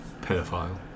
Pedophile